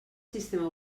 sistema